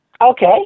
Okay